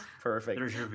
perfect